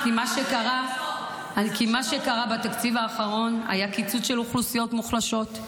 כי מה שקרה בתקציב האחרון זה שהיה קיצוץ לאוכלוסיות מוחלשות.